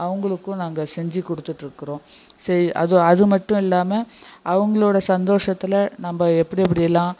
அவர்களுக்கும் நாங்கள் செஞ்சு கொடுத்துட்ருக்கிறோம் செய் அது அது மட்டும் இல்லாமல் அவர்களோட சந்தோஷத்தில் நம்ப எப்படி எப்படி எல்லாம்